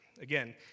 Again